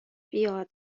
بیاد